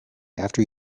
after